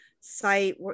site